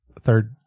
third